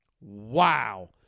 Wow